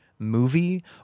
movie